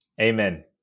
Amen